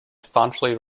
staunchly